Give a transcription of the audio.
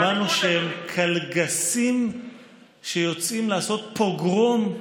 שמענו שהם קלגסים שיוצאים לעשות פוגרום,